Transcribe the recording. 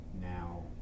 now